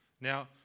Now